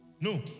No